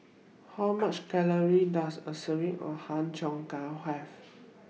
How Many Calories Does A Serving of Har Cheong Gai Have